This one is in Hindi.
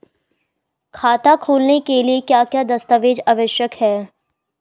खाता खोलने के लिए क्या क्या दस्तावेज़ आवश्यक हैं?